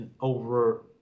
over